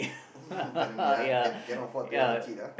me ah cannot afford to have a kid ah